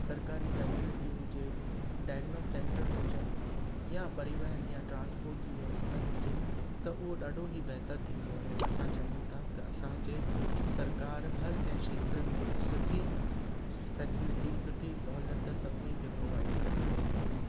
सरकारी फैसिलिटी हुजे diagnose centre हुजनि या परिवहन या ट्रासपोट जी व्यवस्था हुजे त हू ॾाढो ई बहितर थींदो आहे असां चाहियूं था त असांजी सरकारि हर कंहिं खेत्र में सुठी फैसिलिटी सुठी सहूलियत सभिनी खे प्रोवाइड करे